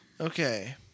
Okay